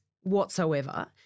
whatsoever